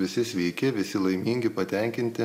visi sveiki visi laimingi patenkinti